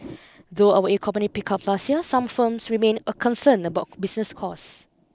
though our economy pick up last year some firms remain a concerned about business costs